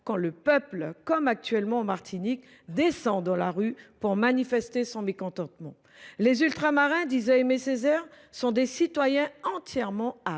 quand le peuple, comme actuellement en Martinique, descend dans la rue pour manifester son mécontentement. Les Ultramarins, disait Aimé Césaire, sont des citoyens « entièrement à